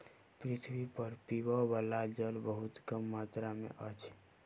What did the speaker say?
पृथ्वी पर पीबअ बला जल बहुत कम मात्रा में अछि